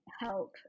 help